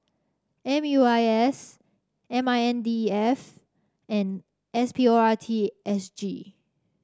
M U I S M I N D E F and S P O R T S G